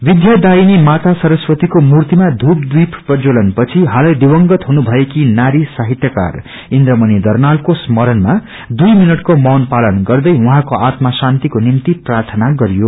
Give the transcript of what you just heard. विध्या दायनी माता सरस्वतीको मूर्तिमा धूप दीप प्रज्ज्जवलन पछि हालै दिवंगत हुने भएकी नारी सामहित्यकार इन्द्रमणि दर्नालको स्मरणमा दुई मिनटको मौन पालन गर्दै उहाँको आत्मा शान्त्को निम्टि प्राथना गरियो